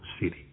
City